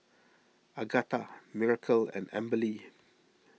Agatha Miracle and Amberly